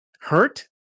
hurt